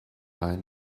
ein